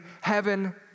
heaven